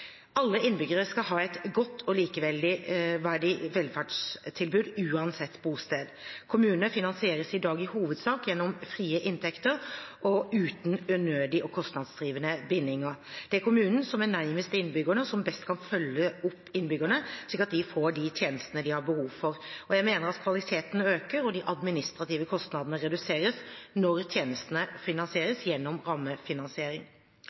Alle innbyggere skal ha et godt og likeverdig velferdstilbud, uansett bosted. Kommunene finansieres i dag i hovedsak gjennom frie inntekter, uten unødvendige og kostnadsdrivende bindinger. Det er kommunen som er nærmest innbyggerne, og som best kan følge opp innbyggerne, slik at de får de tjenestene de har behov for. Jeg mener at kvaliteten øker og de administrative kostnadene reduseres når tjenestene finansieres gjennom rammefinansiering.